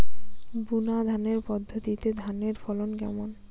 বুনাধানের পদ্ধতিতে ধানের ফলন কেমন?